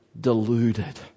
deluded